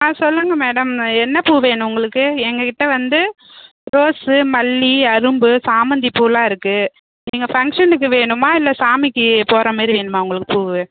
ஆ சொல்லுங்கள் மேடம் என்ன பூ வேணும் உங்களுக்கு எங்கள் கிட்டே வந்து ரோஸு மல்லி அரும்பு சாமந்திப்பூலாம் இருக்கு எங்கே ஃபங்க்ஷனுக்கு வேணுமா இல்லை சாமிக்கு போடுற மாதிரி வேணுமா உங்களுக்கு பூ